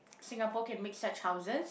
Singapore can make such houses